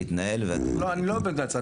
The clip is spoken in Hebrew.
אני לא עומד מהצד,